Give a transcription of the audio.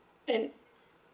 and